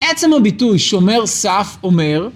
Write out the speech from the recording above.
עצם הביטוי שומר סף אומר